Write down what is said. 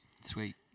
Sweet